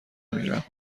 میرم